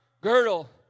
girdle